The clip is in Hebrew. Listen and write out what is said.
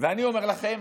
ואני אומר לכם,